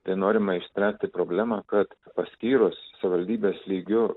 tai norima išspręsti problemą kad paskyrus savivaldybės lygiu